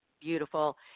beautiful